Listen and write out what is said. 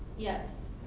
yes.